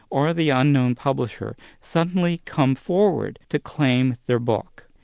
or the unknown publisher, suddenly come forward to claim their book.